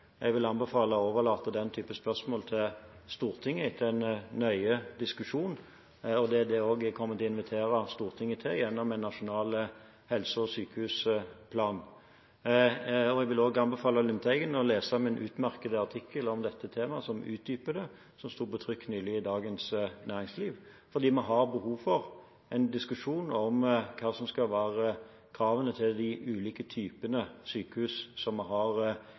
Jeg vil anbefale å overlate den typen spørsmål til Stortinget etter en nøye diskusjon. Det kommer jeg også til å invitere Stortinget til gjennom en nasjonal helse- og sykehusplan. Jeg vil også anbefale Lundteigen å lese min utmerkede artikkel om dette temaet som utdyper det, og som sto på trykk nylig i Dagens Næringsliv, for vi har behov for en diskusjon om hva som skal være kravene til de ulike typene sykehus som vi har